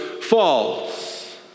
false